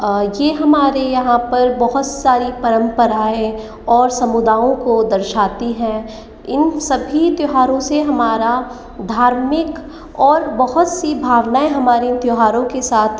यह हमारे यहाँ पर बहुत सारी परंपराए और समुदायों को दर्शाती है इन सभी त्योहारों से हमारा धार्मिक और बहुत सी भावनाएँ हमारी इन त्योहारों के साथ